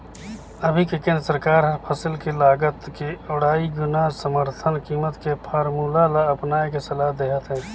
अभी के केन्द्र सरकार हर फसिल के लागत के अढ़ाई गुना समरथन कीमत के फारमुला ल अपनाए के सलाह देहत हे